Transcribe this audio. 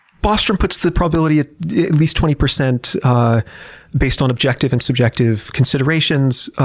bostrom puts the probability at least twenty percent based on objective and subjective considerations,